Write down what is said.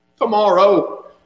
tomorrow